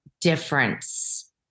difference